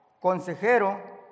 consejero